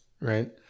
right